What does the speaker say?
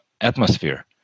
atmosphere